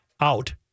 out